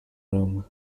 room